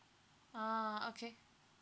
ah okay